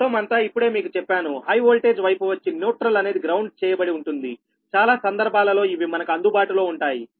మొత్తం అంతా ఇప్పుడే మీకు చెప్పాను హై వోల్టేజ్ వైపు వచ్చి న్యూట్రల్ అనేది గ్రౌండ్ చేయబడి ఉంటుంది చాలా సందర్భాలలో ఇవి మనకు అందుబాటులో ఉంటాయి